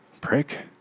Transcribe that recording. Prick